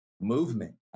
movement